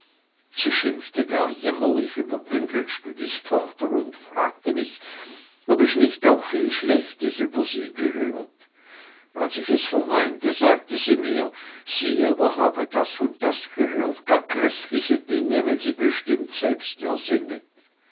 sie schimpfte gar jämmerlich über bändelstüdis tochter und fragte mich ob ich nicht auch viel schlechtes über sie gehört als ich es verneinte sagte sie mir sie aber habe das und das gehört gar gräßliche dinge welche sie bestimmt selbst ersinnet